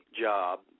job